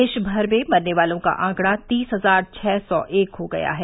देशमर में मरने वालों का आंकड़ा तीस हजार छ सौ एक हो गया है